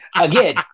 again